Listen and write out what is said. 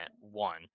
one